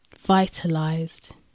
vitalized